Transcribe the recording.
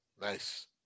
nice